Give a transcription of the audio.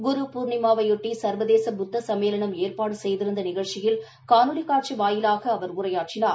குரு பூர்ணிமாவையொட்டி எ்வதேச புத்தா சும்மேளனம் ஏற்பாடு செய்திருந்த நிகழ்ச்சியில் காணொலி காட்சி வாயிலாக அவர் உரையாற்றினார்